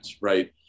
right